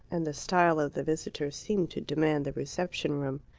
and the style of the visitor seemed to demand the reception-room.